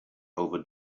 over